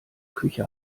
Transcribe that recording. küche